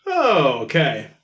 Okay